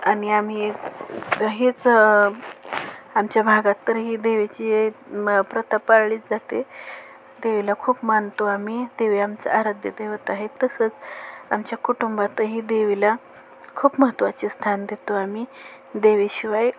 आणि आम्ही ए हेच आमच्या भागात तर ही देवीची म प्रथा पाळलीच जाते देवीला खूप मानतो आम्ही देवी आमचं आराध्य्य दैवत आहे तसंच आमच्या कुटुंबात ही देवीला खूप महत्त्वाचे स्थान देतो आम्ही देवीशिवाय